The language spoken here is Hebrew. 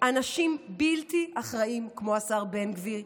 אנשים בלתי אחראים כמו השר בן גביר,